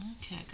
Okay